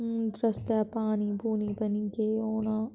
हून रस्तै पानी पुनी पता नी केह् होना